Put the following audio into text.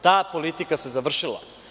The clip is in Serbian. Ta politika se završila.